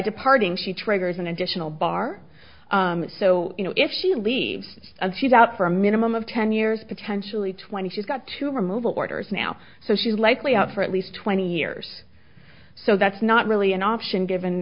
departing she triggers an additional bar so you know if she leaves and she's out for a minimum of ten years potentially twenty she's got to removal orders now so she's likely out for at least twenty years so that's not really an option given